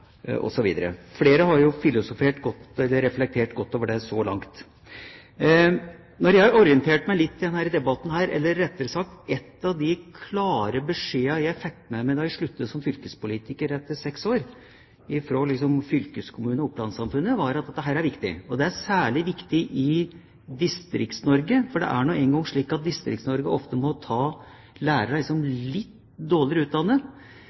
Flere har jo reflektert godt over det så langt. En av de klare beskjedene jeg fikk med meg fra fylkeskommunen, fra Oppland-samfunnet, da jeg sluttet som fylkespolitiker etter seks år, var at dette er viktig, og det er særlig viktig i Distrikts-Norge. Det er nå engang slik at Distrikts-Norge ofte må ta lærere som er litt dårligere utdannet,